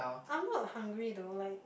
I'm not hungry though like